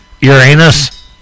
Uranus